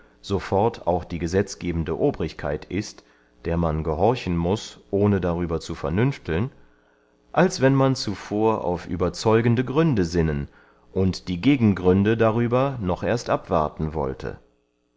fort auch die gesetzgebende obrigkeit ist der man gehorchen muß ohne darüber zu vernünfteln als wenn man zuvor auf überzeugende gründe sinnen und die gegengründe darüber noch erst abwarten wollte